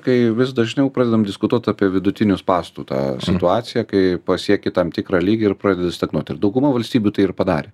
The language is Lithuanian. kai vis dažniau pradedam diskutuot apie vidutinių spąstų tą situaciją kai pasieki tam tikrą lygį ir pradeda stagnuot ir dauguma valstybių tai ir padarė